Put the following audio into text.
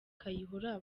kayihura